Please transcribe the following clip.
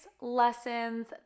lessons